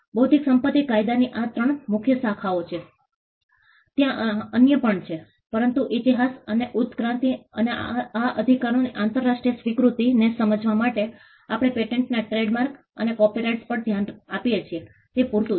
બૌદ્ધિક સંપત્તિ કાયદાની આ ત્રણ મુખ્ય શાખાઓ છે ત્યાં અન્ય પણ છે પરંતુ ઇતિહાસ અને ઉત્ક્રાંતિ અને આ અધિકારોની આંતરરાષ્ટ્રીય સ્વીકૃતિને સમજવા માટે અમે પેટન્ટના ટ્રેડમાર્ક અને કોપિરાઇટ્સ પર ધ્યાન આપીએ છીએ તે પૂરતું છે